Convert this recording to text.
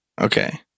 Okay